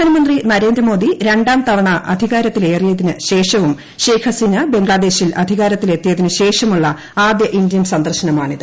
പ്രധാനമന്ത്രി നരേന്ദ്രമോദി രണ്ടാം തവണ അധികാരത്തിലേറിയതിന് ശേഷവും ഷെയ്ഖ് ഹസീന ബംഗ്ലാദേശിൽ അധികാരത്തിലെത്തിയതിന് ശേഷവുമുള്ള ആദ്യ ഇന്ത്യ സന്ദർശനമാണ് ഇത്